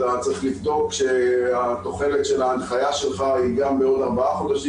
אתה צריך לבדוק שהתוחלת של ההנחיה שלך היא גם בעוד ארבעה חודשים,